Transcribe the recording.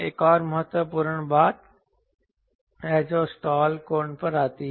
एक और महत्वपूर्ण बात है जो स्टाल कोण पर आती है